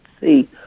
see